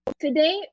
today